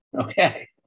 Okay